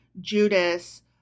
Judas